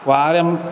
वारं